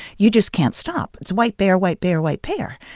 you just can't stop. it's white bear, white bear, white bear.